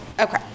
Okay